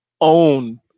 own